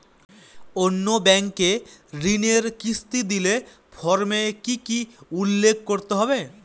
অন্য ব্যাঙ্কে ঋণের কিস্তি দিলে ফর্মে কি কী উল্লেখ করতে হবে?